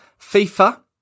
FIFA